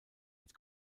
mit